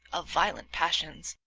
of violent passions,